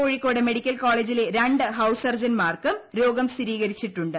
Kozhikode medical കോളേജിലെ രണ്ട് house സർജന്മാർക്കും രോഗം സ്ഥിരീകരിച്ചിട്ടുണ്ട്